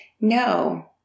No